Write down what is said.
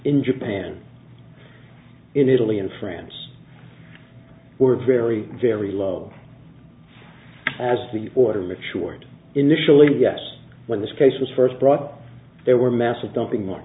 in japan in italy and france were very very low as the order mature and initially yes when this case was first brought there were massive dumping m